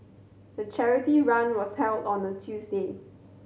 the charity run was held on the Tuesday